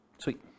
Sweet